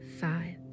five